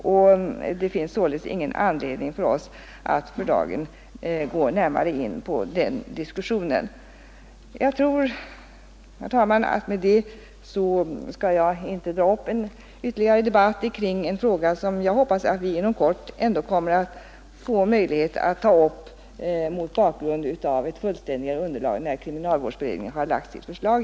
Jag skall inte heller, herr talman, dra upp en större debatt kring en fråga som jag hoppas riksdagen inom kort kommer att få möjlighet att diskutera på grundval av ett fullständigare underlag när kriminalvårdsberedningen har lagt fram sitt förslag.